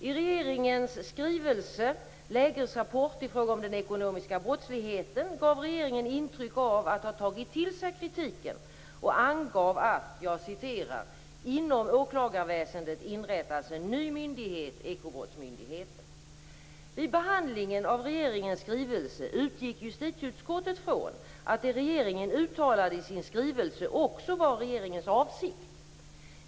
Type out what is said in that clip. I regeringens skrivelse Lägesrapport i fråga om den ekonomiska brottsligheten ger regeringen ett intryck av att den har tagit till sig kritiken och anger att det "inom åklagarväsendet inrättas en ny myndighet, Ekobrottsmyndigheten". Vid behandlingen av regeringens skrivelse utgick justitieutskottet från att det regeringen hade uttalat i sin skrivelse också var regeringens avsikt.